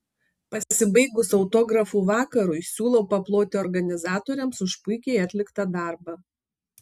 pasibaigus autografų vakarui siūlau paploti organizatoriams už puikiai atliktą darbą